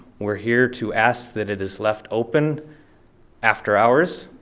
we're here to ask that it is left open after hours.